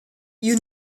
you